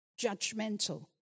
judgmental